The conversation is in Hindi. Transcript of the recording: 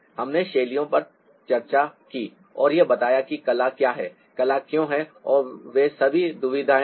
हमने शैलियों पर चर्चा की और यह भी बताया कि कला क्या है कला क्यों है और वे सभी दुविधाएं हैं